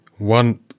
One